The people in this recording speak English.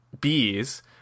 bees